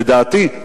לדעתי,